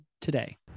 today